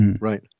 Right